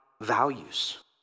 values